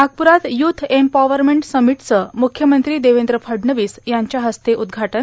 नागपुरात youth empowerment समिटचं मुख्यमंत्री देवेंद्र फडणवीस यांच्या हस्ते उद्घाटन